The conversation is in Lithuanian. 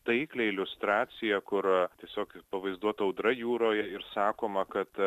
taiklią iliustraciją kur tiesiog pavaizduota audra jūroje ir sakoma kad